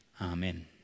Amen